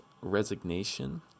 resignation